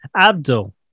abdul